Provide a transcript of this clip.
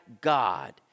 God